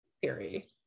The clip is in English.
Theory